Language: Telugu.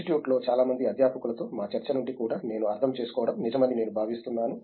ఇన్స్టిట్యూట్లో చాలా మంది అధ్యాపకులతో మా చర్చ నుండి కూడా నేను అర్థం చేసుకోవడం నిజమని నేను భావిస్తున్నాను